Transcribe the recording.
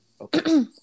okay